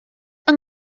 yng